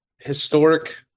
historic